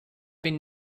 been